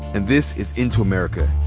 and this is into america.